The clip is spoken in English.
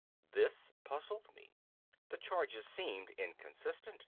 this puzzled me the charges seemed inconsistent.